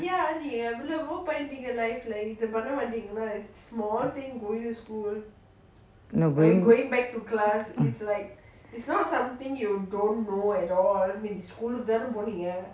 no going um